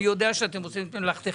אני יודע שאתם עושים את מלאכתכם.